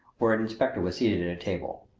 where an inspector was seated at a table.